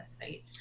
right